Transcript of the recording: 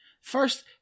First